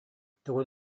тугу